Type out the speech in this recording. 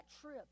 trip